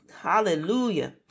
Hallelujah